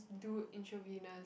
do intravenous